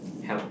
help